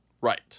Right